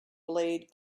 blade